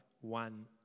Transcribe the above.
one